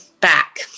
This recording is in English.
back